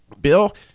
Bill